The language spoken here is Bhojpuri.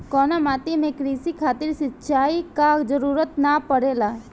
कउना माटी में क़ृषि खातिर सिंचाई क जरूरत ना पड़ेला?